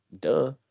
Duh